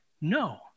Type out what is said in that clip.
No